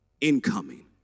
Incoming